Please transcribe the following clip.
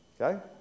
okay